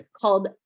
called